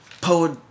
poet